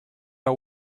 are